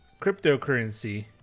cryptocurrency